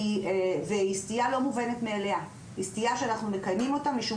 זוהי סטיה שאינה מובנת מאליה; זוהי סטייה שאנחנו מקיימים משום